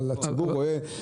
אבל הציבור רואה.